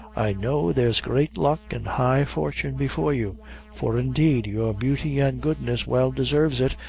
i know there's great luck an' high fortune before you for, indeed, your beauty an' goodness well desarves it,